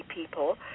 people